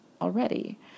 already